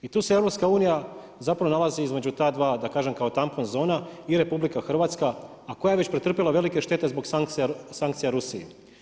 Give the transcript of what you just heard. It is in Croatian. I tu se EU zapravo nalazi između ta dva, da kažem kao tampon zona i RH a koja je već pretrpjela velike štete zbog sankcija Rusije.